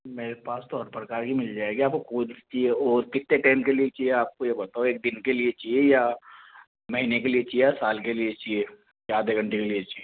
मेरे पास तो हर प्रकार की मिल जाएगी आपको कौन सी चाहिए और कितने टाइम के लिए चाहिए आपको ये बताओ एक दिन के लिए चाहिए या महीने के लिए चाहिए या साल के लिए चाहिए या आधे घंटे के लिए चाहिए